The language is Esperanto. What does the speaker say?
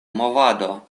movado